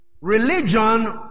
Religion